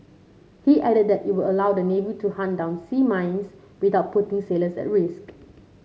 he added that it will allow the navy to hunt down sea mines without putting sailors at risk